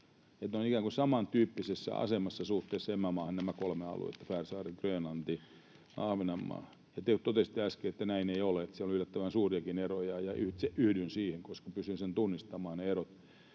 kuin samantyyppisessä asemassa suhteessa emämaahan: Färsaaret, Grönlanti, Ahvenanmaa. Te totesitte äsken, että näin ei ole ja että siellä on yllättävän suuriakin eroja, ja yhdyn siihen, koska pystyn tunnistamaan ne erot.